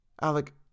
Alec